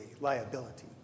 liability